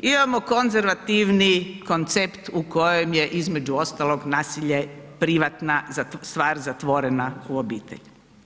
imamo konzervativni koncept u kojem je između ostalog nasilje privatna stvar zatvorena u obitelji.